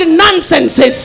nonsense